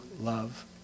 love